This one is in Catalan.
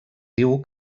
diu